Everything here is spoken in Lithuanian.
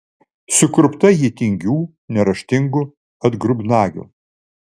sukurpta ji tingių neraštingų atgrubnagių